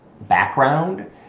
background